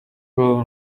will